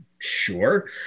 sure